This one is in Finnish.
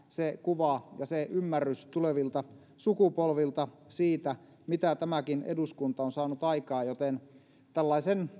se kuva ja se ymmärrys tulevilta sukupolvilta siitä mitä tämäkin eduskunta on saanut aikaan joten tällaisen